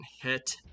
hit